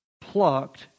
plucked